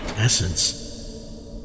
essence